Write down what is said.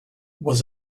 was